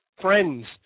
Friends